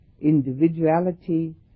individuality